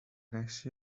نشی